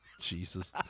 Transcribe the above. Jesus